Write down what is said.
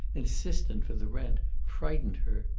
insistent for the rent, frightened her.